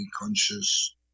conscious